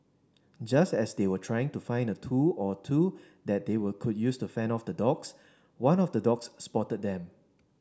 just as they were trying to find a tool or two that they would could use to fend off the dogs one of the dogs spotted them